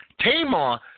Tamar